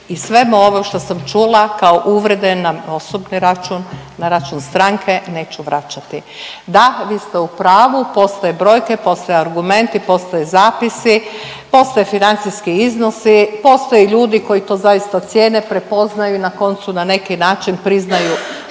i svemu ovom što sam čula kao uvrede na osobni račun, na račun stranke neću vraćati. Da, vi ste u pravu, postoje brojke, postoje argumenti, postoje zapisi, postoje financijski iznosi, postoje ljudi koji to zaista cijene, prepoznaju i na koncu na neki način priznaju